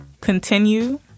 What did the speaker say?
continue